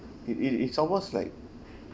it it it almost like